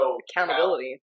accountability